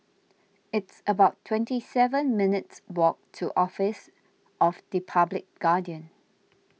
it's about twenty seven minutes' walk to Office of the Public Guardian